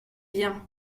bien